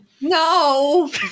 No